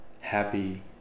happy